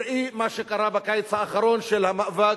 ראו מה שקרה בקיץ האחרון, של המאבק,